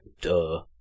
duh